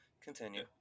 Continue